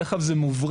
בדרך כלל זה מוברח,